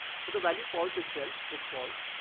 so the value false itself is false.